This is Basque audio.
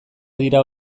dira